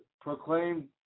proclaim